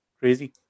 Crazy